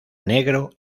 negro